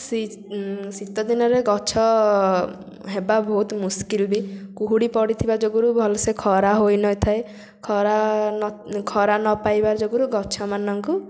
ଶୀ ଶୀତ ଦିନରେ ଗଛ ହେବା ବହୁତ ମୁସ୍କିଲ୍ ବି କୁହୁଡ଼ି ପଡ଼ିଥିବା ଯୋଗୁରୁ ଭଲସେ ଖରା ହୋଇନଥାଏ ଖରା ନ ଖରା ନପାଇବା ଯୋଗୁରୁ ଗଛମାନଙ୍କୁ